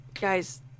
guys